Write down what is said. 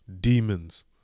demons